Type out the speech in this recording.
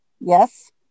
Yes